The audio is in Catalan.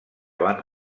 van